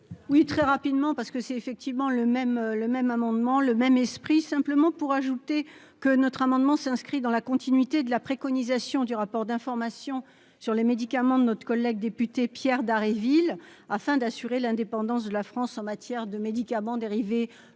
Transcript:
Oui, très rapidement, parce que c'est effectivement le même le même amendement le même esprit, simplement pour ajouter que notre amendement s'inscrit dans la continuité de l'Afrique. Colonisation du rapport d'information sur les médicaments de notre collègue député Pierre Dharréville afin d'assurer l'indépendance de la France en matière de médicaments dérivés